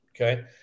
okay